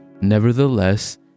nevertheless